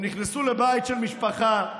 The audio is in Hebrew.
הם נכנסו לבית של משפחה,